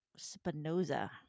spinoza